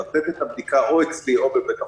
לתת את הבדיקה או אצלי או בבית החולים,